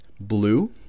blue